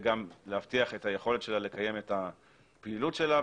להבטיח את היכולת שלה לקיים את הפעילות שלה,